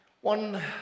one